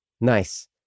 Nice